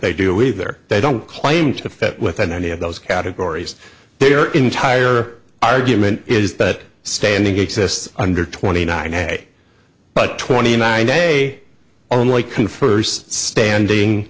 they do either they don't claim to fit within any of those categories their entire argument is that standing exists under twenty nine day but twenty nine day only confers standing